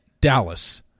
Dallas